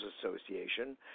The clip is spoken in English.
Association